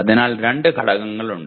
അതിനാൽ 2 ഘടകങ്ങൾ ഉണ്ട്